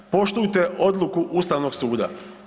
Poštujte odluku Ustavnog suda.